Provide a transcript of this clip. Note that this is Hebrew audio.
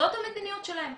זאת המדיניות שלהם.